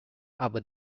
aber